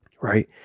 right